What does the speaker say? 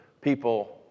people